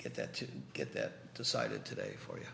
at that to get that decided today for you